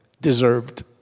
deserved